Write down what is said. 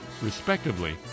Respectively